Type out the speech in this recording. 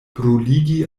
bruligi